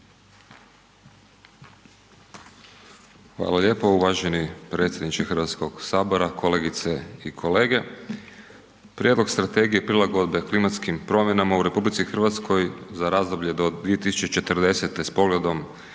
Hvala lijepo uvaženi predsjedniče HS-a, kolegice i kolege. Prijedlog Strategije prilagodbe klimatskim promjenama u RH za razdoblje do 2040. s pogledom